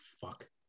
fuck